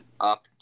up